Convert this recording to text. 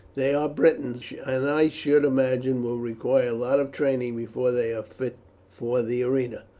they are britons, and i should imagine will require a lot of training before they are fit for the arena.